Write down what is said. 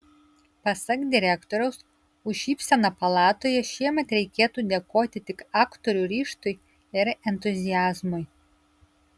pasak direktoriaus už šypseną palatoje šiemet reikėtų dėkoti tik aktorių ryžtui ir entuziazmui